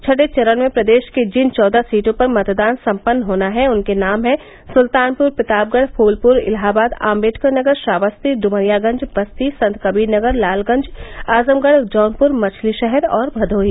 छठें चरण में प्रदेश की जिन चौदह सीटों पर मतदान सम्पन्न होना है उनके नाम हैं सुल्तानपुर प्रतापगढ़ फूलपुर इलाहाबाद आम्बेडकरनगर श्रावस्ती डुमरियागंज बस्ती संतकबीरनगर लालगंज आजमगढ़ जौनपुर मछलीशहर और भदोही